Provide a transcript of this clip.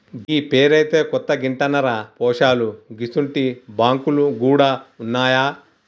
గీ పేరైతే కొత్తగింటన్నరా పోశాలూ గిసుంటి బాంకులు గూడ ఉన్నాయా